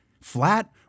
flat